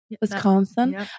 Wisconsin